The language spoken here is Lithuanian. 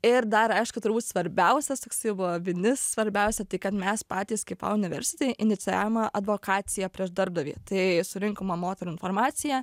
ir dar aišku turbūt svarbiausias toksai buvo vinis svarbiausia tai kad mes patys kaip vau universiti inicijavome advokaciją prieš darbdavį tai surinkome moterų informaciją